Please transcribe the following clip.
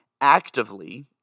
actively